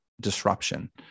disruption